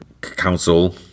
council